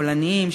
קולניים,